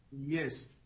Yes